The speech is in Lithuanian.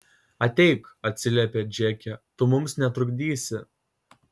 ateik atsiliepia džeke tu mums netrukdysi